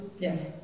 Yes